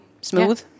smooth